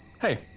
Hey